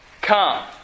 come